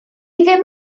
ddim